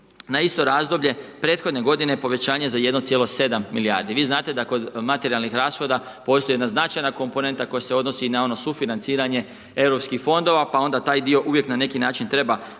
na isto razdoblje prethodne godine povećanje za 1,7 milijardi, vi znate da kod materijalnih rashoda postoji jedna značajna komponenta koja se odnosi i na ono sufinanciranje Europskih fondova pa onda taj dio uvijek na neki način treba apostrofirati,